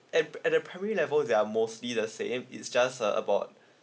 at at the primary level they are mostly the same it's just uh about